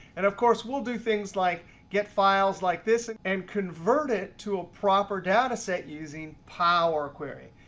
and of course, we'll do things like get files like this, and convert it to a proper data set using power query.